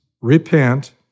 repent